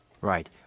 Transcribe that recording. Right